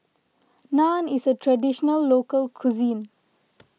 Naan is a Traditional Local Cuisine